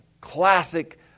classic